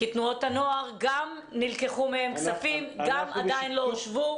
כי גם מתנועות הנוער נלקחו כספים ועדיין לא הושבו.